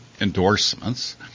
endorsements